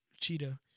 Cheetah